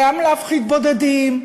גם להפחיד בודדים,